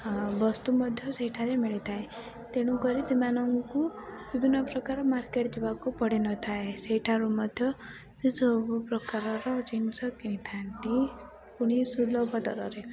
ବସ୍ତୁ ମଧ୍ୟ ସେଇଠାରେ ମିଳିଥାଏ ତେଣୁକରି ସେମାନଙ୍କୁ ବିଭିନ୍ନ ପ୍ରକାର ମାର୍କେଟ୍ ଯିବାକୁ ପଡ଼ିନଥାଏ ସେଇଠାରୁ ମଧ୍ୟ ସେ ସବୁପ୍ରକାରର ଜିନିଷ କିଣିଥାନ୍ତି ପୁଣି ସୁଲଭ ଦରରେ